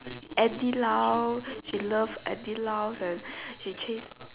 Andy lau she love Andy lau and she chase